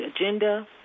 agenda